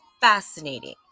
fascinating